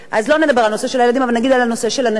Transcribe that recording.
אז לא נדבר על הנושא של הילדים אבל נגיד על הנושא של הנשים,